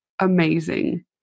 amazing